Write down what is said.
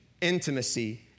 intimacy